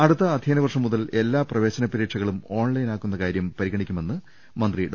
അടുത്ത അധ്യയന വർഷം മുതൽ എല്ലാ പ്രവേശന പരീക്ഷകളും ഓൺലൈനാക്കുന്ന കാര്യം പരിഗണി ക്കുമെന്ന് മന്ത്രി ഡോ